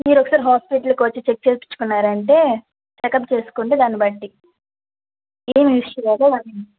మీరొకసారి హాస్పిటల్కి వచ్చి చెక్ చెయ్యించుకున్నారంటే చెకప్ చేసుకుంటే దాన్ని బట్టి ఏమి ఇష్యూ ఉందో వాటిని